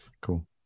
Cool